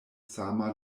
sama